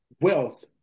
wealth